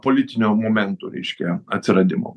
politinio momento reiškia atsiradimo